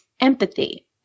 empathy